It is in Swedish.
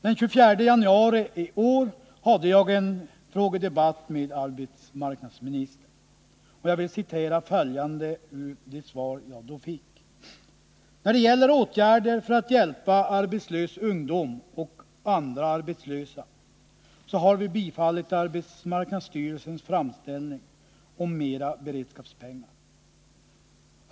Den 24 januari i år hade jag en frågedebatt med arbetsmarknadsministern. Jag vill citera följande ur det svar jag då fick: ”När det gäller åtgärder för att hjälpa arbetslös ungdom och andra arbetslösa, så har vi bifallit arbetsmarknadsstyrelsens framställning om mera beredskapspengar.